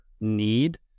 need